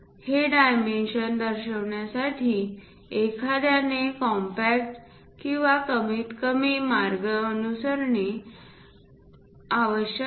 हे डायमेन्शन दर्शविण्यासाठी एखाद्याने कॉम्पॅक्ट किंवा कमीतकमी मार्ग अनुसरण करणे आवश्यक आहे